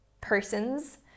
persons